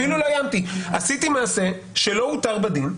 עשיתי מעשה שלא הותר בדין,